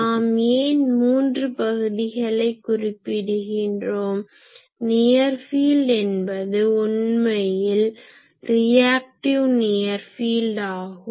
நாம் ஏன் மூன்று பகுதிகளை குறிப்பிடுகிறோம் நியர் ஃபீல்ட் என்பது உண்மையில் ரியாக்டிவ் நியர் ஃபீல்ட் ஆகும்